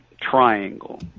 triangle